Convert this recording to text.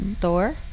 Thor